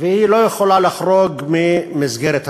ושהיא לא יכולה לחרוג ממסגרת התקציב.